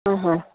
হয় হয়